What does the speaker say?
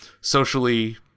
socially